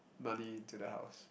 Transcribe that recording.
money into the house